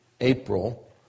April